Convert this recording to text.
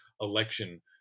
election